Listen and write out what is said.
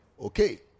Okay